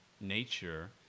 nature